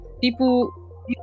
people